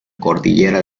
cordillera